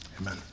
Amen